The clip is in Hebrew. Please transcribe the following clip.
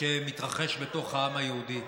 שמתרחש בתוך העם היהודי.